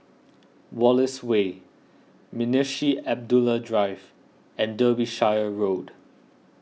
Wallace Way Munshi Abdullah Walk and Derbyshire Road